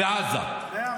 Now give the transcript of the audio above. מאה אחוז.